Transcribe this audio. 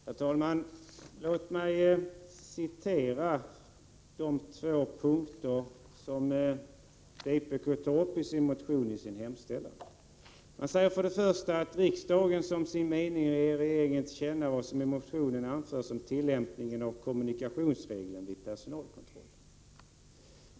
Herr talman! Låt mig citera de två punkter som vpk tar upp i sin motion. Man vill för det första att ”riksdagen som sin mening ger regeringen till känna vad som i motionen anförs om tillämpningen av kommunikationsregeln vid personalkontroll”.